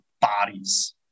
bodies